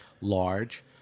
large